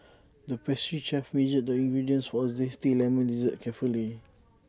the pastry chef measured the ingredients for A Zesty Lemon Dessert carefully